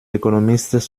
économistes